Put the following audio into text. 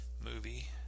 movie